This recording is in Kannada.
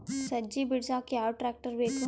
ಸಜ್ಜಿ ಬಿಡಸಕ ಯಾವ್ ಟ್ರ್ಯಾಕ್ಟರ್ ಬೇಕು?